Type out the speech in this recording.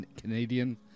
Canadian